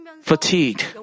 fatigued